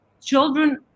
children